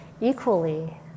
equally